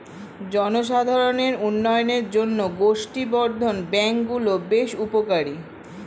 জনসাধারণের উন্নয়নের জন্য গোষ্ঠী বর্ধন ব্যাঙ্ক গুলো বেশ উপকারী